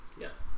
Yes